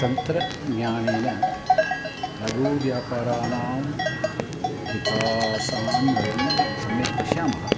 तन्त्रज्ञानेन लघुव्यापाराणां विकासान् वयं सम्यक् पश्यामः